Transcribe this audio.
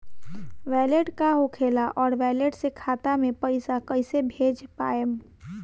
Wallet का होखेला और वैलेट से खाता मे पईसा कइसे भेज पाएम?